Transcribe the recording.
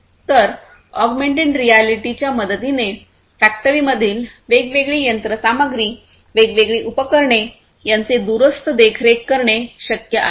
तर ऑगमेन्टेड रियालिटीच्या मदतीने फॅक्टरीमधील वेगवेगळी यंत्रसामग्री वेगवेगळी उपकरणे यांचे दूरस्थ देखरेख करणे शक्य आहे